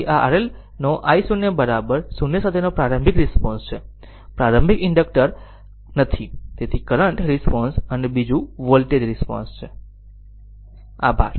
તેથી આ RL circuit નો i0 0 સાથેનો પ્રારંભિક રિસ્પોન્સ છે પ્રારંભિક ઇન્ડકટર કરંટ નથી કરંટ રિસ્પોન્સ અને બીજું વોલ્ટેજ રિસ્પોન્સ છે